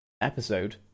episode